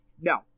no